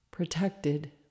Protected